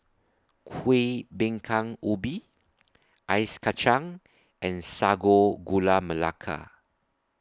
Kuih Bingka Ubi Ice Kacang and Sago Gula Melaka